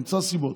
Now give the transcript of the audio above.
ימצא סיבות.